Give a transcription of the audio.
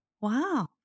Wow